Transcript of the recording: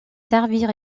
servir